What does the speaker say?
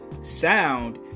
sound